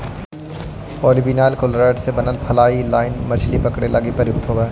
polyvinyl chloride से बनल fly line मछली पकडे लगी प्रयुक्त होवऽ हई